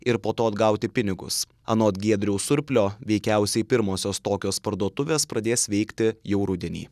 ir po to atgauti pinigus anot giedriaus surplio veikiausiai pirmosios tokios parduotuvės pradės veikti jau rudenį